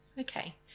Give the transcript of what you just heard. okay